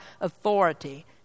authority